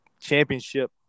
championship